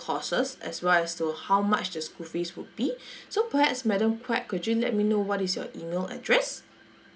courses as well as to how much the school fees will be so perhaps madam quak could you let me know what is your email address